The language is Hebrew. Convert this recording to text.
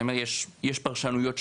אני אומר שיש פרשנויות שונות.